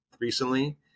recently